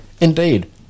Indeed